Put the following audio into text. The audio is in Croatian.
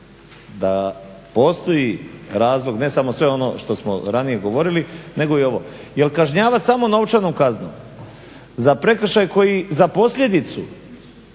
da postoji razlog, ne samo sve ono što smo ranije govorili nego i ovo jer kažnjavati samo novčanom kaznom za prekršaj koji za posljedicu